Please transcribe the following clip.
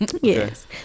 Yes